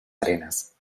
arenas